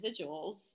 residuals